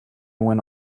when